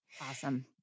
Awesome